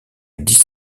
dix